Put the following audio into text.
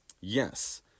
Yes